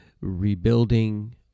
rebuilding